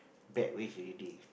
bad ways already